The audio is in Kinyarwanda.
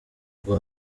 rwa